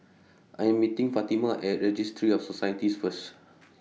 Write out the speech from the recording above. I Am meeting Fatima At Registry of Societies First